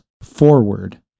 forward